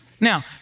Now